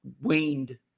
waned